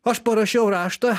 aš parašiau raštą